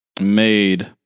made